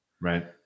right